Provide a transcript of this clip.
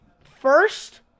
first